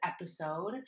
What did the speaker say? episode